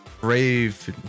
brave